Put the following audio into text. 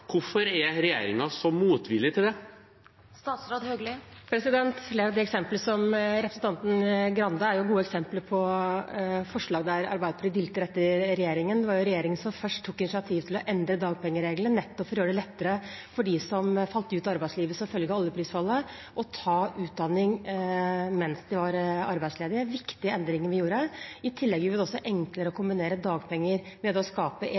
Hvorfor er regjeringen så motvillig til det? Flere av de eksemplene som representanten Grande nevner, er jo gode eksempler på forslag der Arbeiderpartiet dilter etter regjeringen. Det var regjeringen som først tok initiativ til å endre dagpengereglene, nettopp for å gjøre det lettere for dem som falt ut av arbeidslivet som følge av oljeprisfallet, å ta utdanning mens de var arbeidsledige. Dette var viktige endringer som vi gjorde. I tillegg gjorde vi det enklere å kombinere dagpenger med å skape